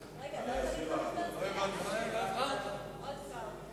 להצביע, עוד הפעם.